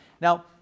Now